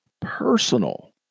Personal